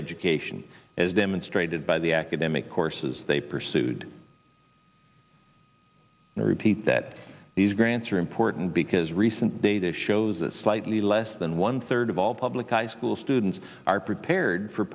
education as demonstrated by the academic courses they pursued and i repeat that these grants are important because recent data shows a slightly less than one third of all public high school students are prepared for